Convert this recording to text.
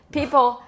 People